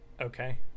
Okay